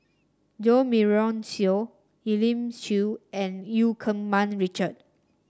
Jo Marion Seow Elim Chew and Eu Keng Mun Richard